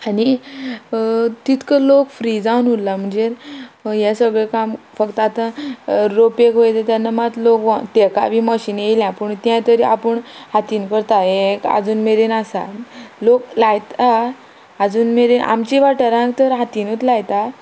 आनी तितको लोक फ्री जावन उरलां म्हणजे हें सगळें काम फक्त आतां रोंपेक वयता तेन्ना मात लोक ताका बी मशिनां येयल्या पूण तें तरी आपूण हातीन करता हें एक आजून मेरेन आसा लोक लायता आजून मेरेन आमच्या वाठारांत तर हातीनूत लायता